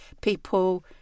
People